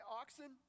oxen